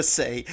say